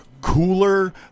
cooler